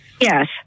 Yes